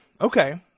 Okay